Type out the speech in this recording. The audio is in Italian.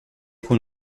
con